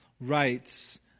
writes